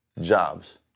jobs